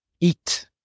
eat